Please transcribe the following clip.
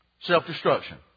self-destruction